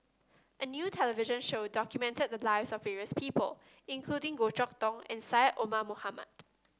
a new television show documented the lives of various people including Goh Chok Tong and Syed Omar Mohamed